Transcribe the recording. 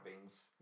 beans